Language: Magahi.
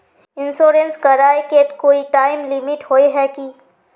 इंश्योरेंस कराए के कोई टाइम लिमिट होय है की?